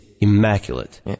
immaculate